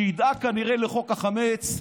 שידאג כנראה לחוק החמץ,